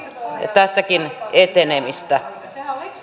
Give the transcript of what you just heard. tässäkin etenemistä